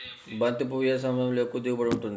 బంతి పువ్వు ఏ సమయంలో ఎక్కువ దిగుబడి ఉంటుంది?